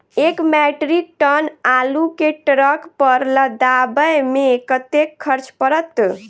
एक metric ton आलु केँ ट्रक पर लदाबै मे कतेक खर्च पड़त?